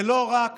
זה לא רק